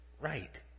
right